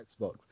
xbox